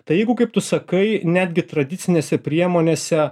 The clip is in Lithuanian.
tai jeigu kaip tu sakai netgi tradicinėse priemonėse